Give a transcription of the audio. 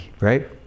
right